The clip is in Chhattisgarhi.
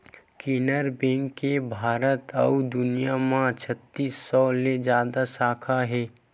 केनरा बेंक के भारत अउ दुनिया म छत्तीस सौ ले जादा साखा हे